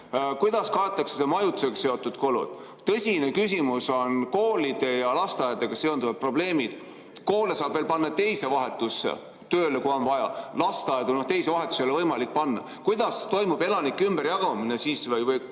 kuidas kaetakse majutusega seotud kulud? Tõsine küsimus on koolide ja lasteaedadega seonduvad probleemid. Koole saab veel panna teise vahetusse tööle, kui on vaja, lasteaedu teise vahetusse ei ole võimalik panna. Kuidas toimub elanike ümberjagamine? Need